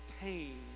pain